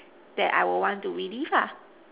that I would want to relive ah